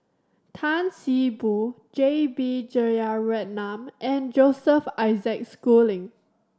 Tan See Boo J B Jeyaretnam and Joseph Isaac Schooling